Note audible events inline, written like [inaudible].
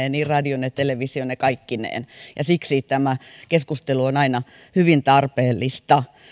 [unintelligible] ja televisioineen kaikkineen ja siksi tästä keskustelu on aina hyvin tarpeellista